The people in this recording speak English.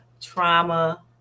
trauma